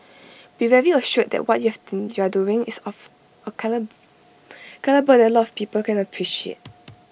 be very assured that what you're doing is of A calibre that A lot of people can appreciate